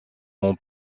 mon